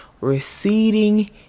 receding